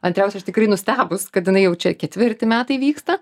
antriausia aš tikrai nustebus kad jinai jau čia ketvirti metai vyksta